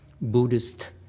Buddhist